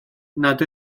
nad